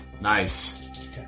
Nice